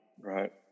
Right